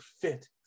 fit